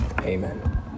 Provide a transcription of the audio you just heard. amen